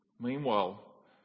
Meanwhile